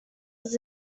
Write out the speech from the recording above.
was